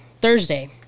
Thursday